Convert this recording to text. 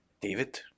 David